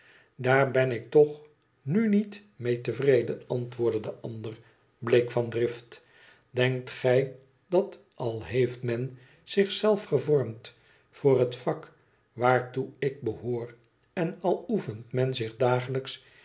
daar ben ik toch nu niet mee tevreden antwoordde de ander bleek van drift denkt gij dat al heeft men zich zelf gevormd voor het vak waartoe ik behoor en al oefent men zich dagelijks